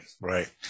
right